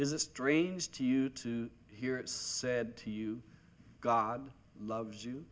it strange to you to hear it said to you god loves you